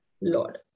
lord